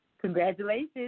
Congratulations